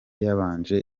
yabanje